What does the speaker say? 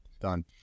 done